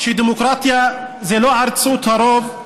שדמוקרטיה זה לא עריצות הרוב,